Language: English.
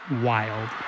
wild